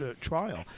trial